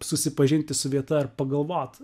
susipažinti su vieta ir pagalvot